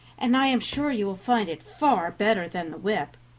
and i am sure you will find it far better than the whip.